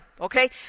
Okay